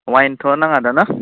वाइनथ' नाङा दा ना